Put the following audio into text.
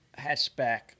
hatchback